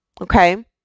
Okay